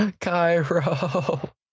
Cairo